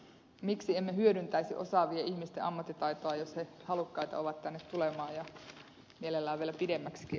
miksi emme hyödyntäisi osaavien ihmisten ammattitaitoa jos he ovat halukkaita tänne tulemaan ja mielellään vielä pidemmäksi